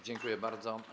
Dziękuję bardzo.